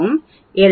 எனவே Z 2